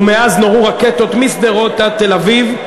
ומאז נורו רקטות משדרות עד תל-אביב.